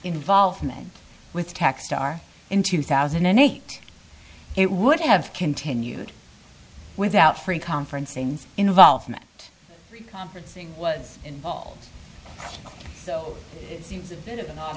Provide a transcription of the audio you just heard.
involvement with text are in two thousand and eight it would have continued without free conferencing involvement conferencing was involved so it seems a bit of an